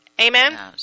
Amen